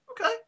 Okay